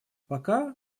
пока